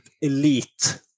elite